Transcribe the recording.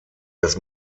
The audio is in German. das